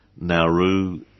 Nauru